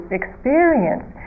experience